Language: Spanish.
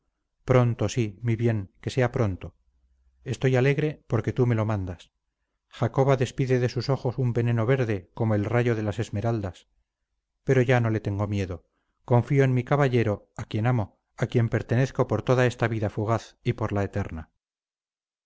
pronto sí mi bien que sea pronto estoy alegre porque tú me lo mandas jacoba despide de sus ojos un veneno verde como el rayo de las esmeraldas pero ya no le tengo miedo confío en mi caballero a quien amo a quien pertenezco por toda esta vida fugaz y por la eterna